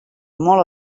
molt